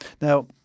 Now